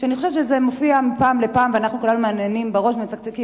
אני חושבת שזה מופיע מפעם לפעם ואנחנו כולנו מהנהנים בראש ומצקצקים,